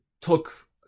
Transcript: took